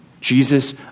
Jesus